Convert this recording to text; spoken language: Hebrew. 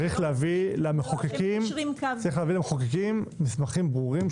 צריך להביא למחוקקים מסמכים ברורים,